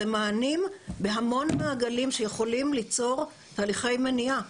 אלה מענים בהמון מעגלים שיכולים ליצור תהליכי מניעה,